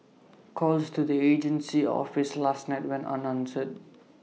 calls to the agency's are office last night went unanswered